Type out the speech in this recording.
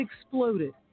exploded